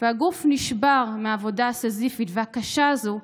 והגוף נשבר מהעבודה הסיזיפית והקשה הזו,